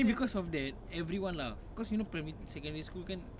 then because of that everyone laugh cause you know primary secondary school kan